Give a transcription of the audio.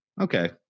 Okay